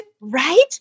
right